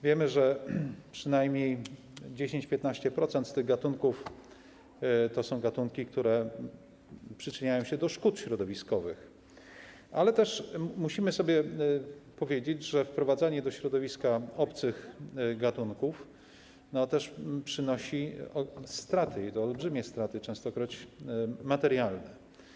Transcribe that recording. Wiemy, że przynajmniej 10–15% tych gatunków to są gatunki, które przyczyniają się do szkód środowiskowych, ale też musimy sobie powiedzieć, że wprowadzanie do środowiska obcych gatunków też przynosi straty, i to olbrzymie straty, częstokroć materialne.